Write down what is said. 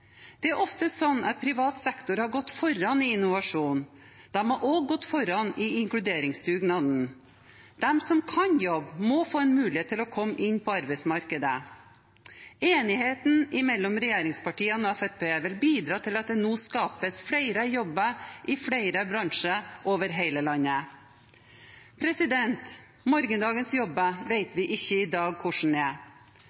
Det er ofte slik at privat sektor har gått foran i innovasjonen. De har også gått foran i inkluderingsdugnaden. De som kan jobbe, må få en mulighet til å komme inn på arbeidsmarkedet. Enigheten mellom regjeringspartiene og Fremskrittspartiet vil bidra til at det nå skapes flere jobber i flere bransjer over hele landet. Morgendagens jobber